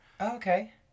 Okay